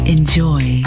Enjoy